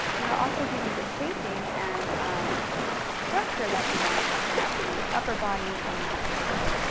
and it also give you the shaping and um structure that you want at the upper body and in the high hip.